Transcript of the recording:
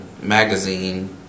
magazine